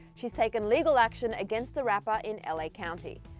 she's taken legal action against the rapper in la county.